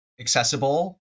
accessible